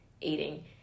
eating